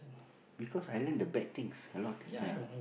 because I learn the bad things a lot ah